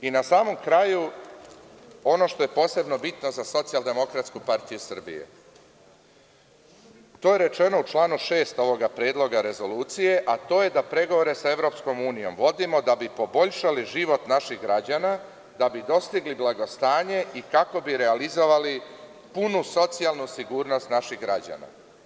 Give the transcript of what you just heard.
Na samom kraju, ono što je posebno bitno za SDPS to je rečeno u članu 6. ovog predloga rezolucije, a to je da pregovore sa EU vodimo da bi poboljšali život naših građana, da bi dostigli blagostanje i kako bi realizovali punu socijalnu sigurnost naših građana.